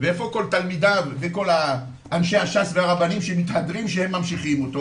- ואיפה כל תלמידיו וכל אנשי ש"ס והרבנים שהם מתהדרים שהם ממשיכים אותו